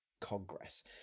Congress